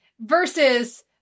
Versus